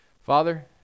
Father